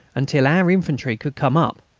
until our infantry could come up.